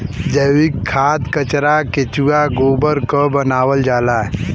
जैविक खाद कचरा केचुआ गोबर क बनावल जाला